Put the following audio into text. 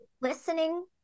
listening